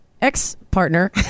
ex-partner